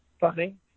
funny